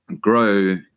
grow